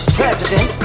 president